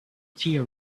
tea